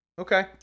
okay